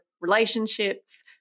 relationships